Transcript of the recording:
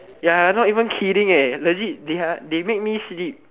ya I not even kidding eh legit they make me sleep